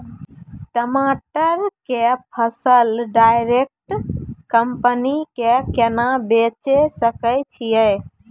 टमाटर के फसल डायरेक्ट कंपनी के केना बेचे सकय छियै?